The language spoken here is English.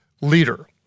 leader